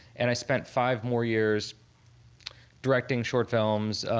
and i spent five more years directing short films,